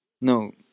No